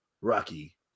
Rocky